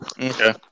Okay